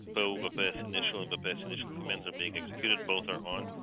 so the best initial and the best initial commands are being executed. both are on.